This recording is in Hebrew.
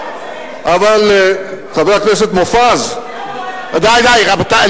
אבל, חבר הכנסת מופז, די, די, רבותי.